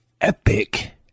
epic